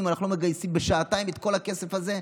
אנחנו לא מגייסים בשעתיים את כל הכסף הזה?